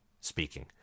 speaking